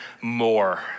more